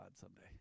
someday